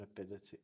ability